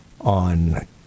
on